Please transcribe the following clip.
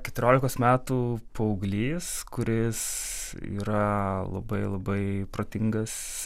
keturiolikos metų paauglys kuris yra labai labai protingas